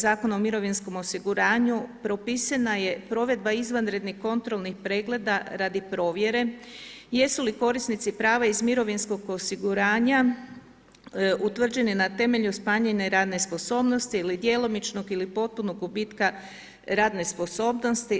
Zakon o mirovinskom osiguranju propisana je provedba izvanrednih kontrolnih pregleda radi provjere, jesu li korisnici prava iz mirovinskog osiguranja, utvrđeni na temelju … i radne sposobnosti ili djelomičnog ili potpunog gubitka radne sposobnosti.